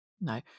No